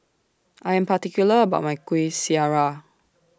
I Am particular about My Kuih Syara